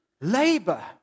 Labor